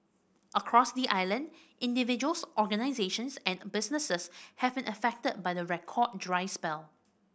across the island individuals organisations and businesses have been affected by the record dry spell